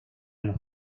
los